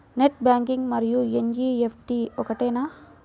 Net banking మరియు NEFT ఒకటేనా?